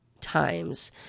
times